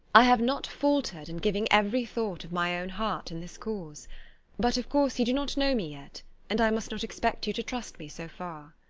i have not faltered in giving every thought of my own heart in this cause but, of course, you do not know me yet and i must not expect you to trust me so far.